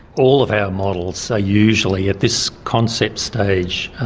all of our models are usually, at this concept stage,